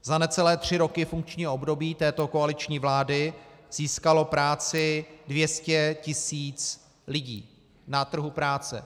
Za necelé tři roky funkčního období této koaliční vlády získalo práci 200 tisíc lidí na trhu práce.